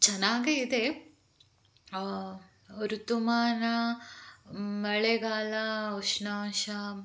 ಚೆನ್ನಾಗೇ ಇದೆ ಋತುಮಾನ ಮಳೆಗಾಲ ಉಷ್ಣಾಂಶ